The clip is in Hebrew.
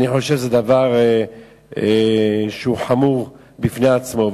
אני חושב שזה דבר שהוא חמור בפני עצמו.